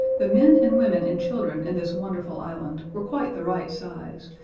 the men and women and children in this wonderful island were quite the right size,